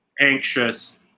anxious